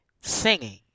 singing